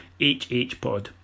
HHpod